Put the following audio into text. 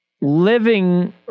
living